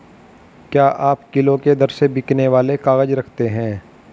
क्या आप किलो के दर से बिकने वाले काग़ज़ रखते हैं?